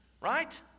right